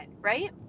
right